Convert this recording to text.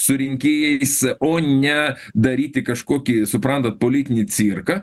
rinkėjais o ne daryti kažkokį suprantat politinį cirką